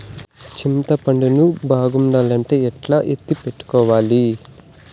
చింతపండు ను బాగుండాలంటే ఎట్లా ఎత్తిపెట్టుకోవాలి?